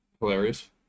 hilarious